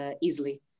easily